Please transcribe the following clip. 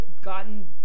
gotten